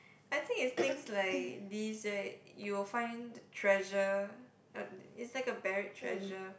I think it's things like this right you will find treasure uh it's like a buried treasure